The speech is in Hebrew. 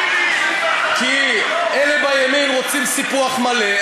כי אלה בימין רוצים סיפוח מלא,